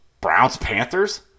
Browns-Panthers